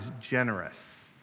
generous